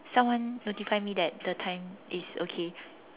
someone notify me that the time is okay